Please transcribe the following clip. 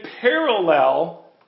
parallel